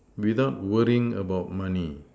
without worrying about money